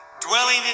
dwelling